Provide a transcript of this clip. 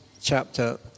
chapter